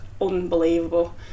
unbelievable